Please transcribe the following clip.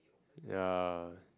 ya